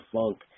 funk